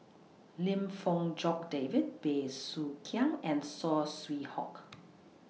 Lim Fong Jock David Bey Soo Khiang and Saw Swee Hock